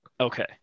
Okay